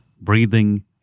breathing